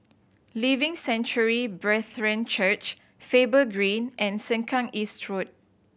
Living Sanctuary Brethren Church Faber Green and Sengkang East Road